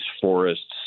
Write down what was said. forests